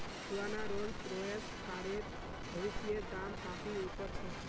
पुराना Rolls Royce कारेर भविष्येर दाम काफी ऊपर छे